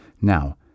Now